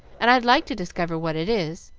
and i'd like to discover what it is.